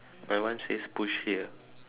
my one says push here